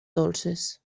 dolces